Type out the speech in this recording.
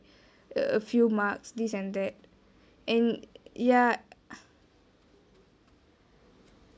a few marks this and that and ya